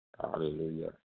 hallelujah